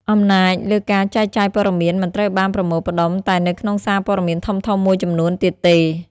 អំណាចលើការចែកចាយព័ត៌មានមិនត្រូវបានប្រមូលផ្តុំតែនៅក្នុងសារព័ត៌មានធំៗមួយចំនួនទៀតទេ។